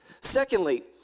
Secondly